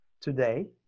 today